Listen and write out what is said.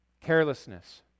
Carelessness